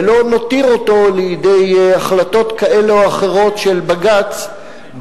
ולא נותיר אותו בידי החלטות כאלה ואחרות של בג"ץ,